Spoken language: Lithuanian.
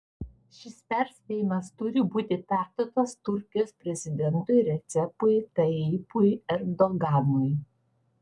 šis perspėjimas turi būti perduotas turkijos prezidentui recepui tayyipui erdoganui